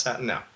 No